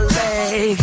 leg